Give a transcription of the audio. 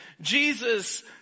Jesus